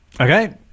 Okay